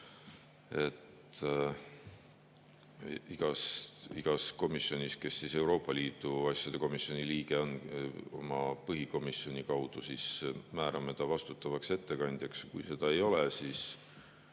igast komisjonist, kes Euroopa Liidu asjade komisjoni liige on, oma põhikomisjoni kaudu määrame vastutava ettekandja. Kui seda ei ole, siis